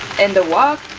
in the wok